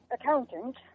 accountant